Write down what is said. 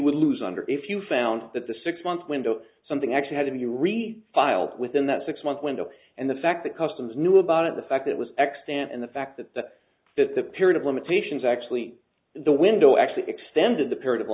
would lose under if you found that the six month window something actually had to be re filed within that six month window and the fact that customs knew about it the fact it was extant and the fact that the that the period of limitations actually the window actually extended